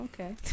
Okay